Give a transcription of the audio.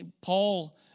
Paul